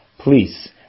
Please